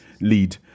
lead